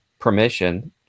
permission